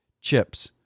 chips